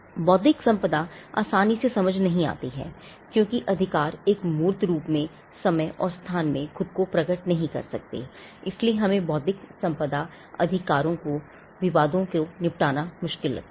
बौद्धिक संपदा आसानी से समझ में नहीं आती है क्योंकि अधिकार एक मूर्त रूप में समय और स्थान में खुद को प्रकट नहीं कर सकते हैं इसलिए हमें बौद्धिक संपदा अधिकारों पर विवादों को निपटाना मुश्किल लगता है